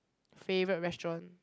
favourite restaurant